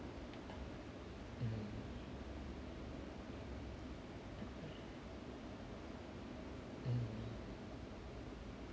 mm mm